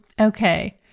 okay